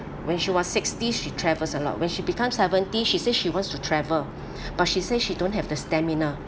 when she was sixty she travels a lot when she become seventy she says she wants to travel but she say she don't have the stamina